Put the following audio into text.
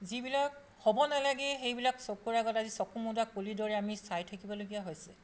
যিবিলাক হ'ব নেলাগে সেইবিলাক চকুৰ আগত আজি চকু মুদা কুলিৰ দৰে আমি চাই থাকিবলগীয়া হৈছে